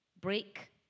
break